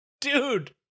Dude